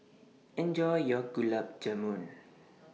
Enjoy your Gulab Jamun